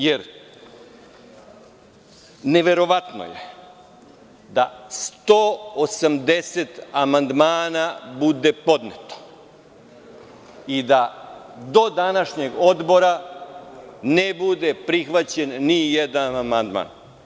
Jer, neverovatno je da 180 amandmana bude podneto i da do današnjeg odbora ne bude prihvaćen ni jedan amandman.